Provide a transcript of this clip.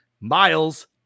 Miles